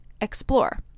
explore